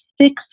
six